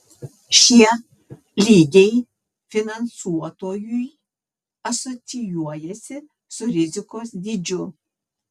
šie lygiai finansuotojui asocijuojasi su rizikos dydžiu